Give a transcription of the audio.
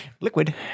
liquid